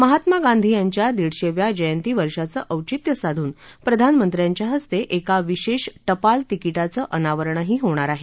महात्मा गांधी यांच्या दीडशेव्या जयंतीवर्षाचं औचित्य साधून प्रधानमंत्र्यांच्या हस्ते एका विशेष टपाल तिकिटाचं अनावरणही होणार आहे